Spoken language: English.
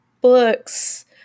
books